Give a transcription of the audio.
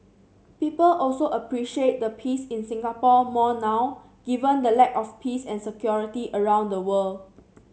people also appreciate the peace in Singapore more now given the lack of peace and security around the world